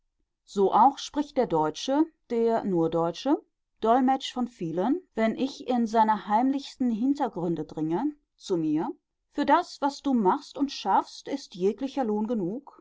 so auch spricht der deutsche der nur deutsche dolmetsch von vielen wenn ich in seine heimlichsten hintergründe dringe zu mir für das was du machst und schaffst ist jeglicher lohn genug